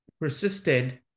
persisted